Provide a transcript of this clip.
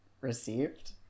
received